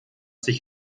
sich